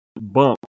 bump